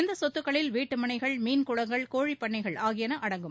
இந்த சொத்துக்களில் வீட்டு மனைகள் மீன் குளங்கள் கோழிப்பண்ணைகள் ஆகியன அடங்கும்